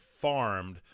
farmed